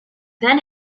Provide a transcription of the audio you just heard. then